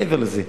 מעבר לזה,